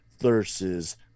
versus